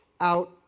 out